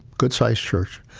good sized church,